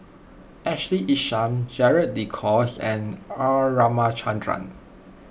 Ashley Isham Gerald De Cruz and R Ramachandran